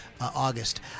August